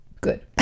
Good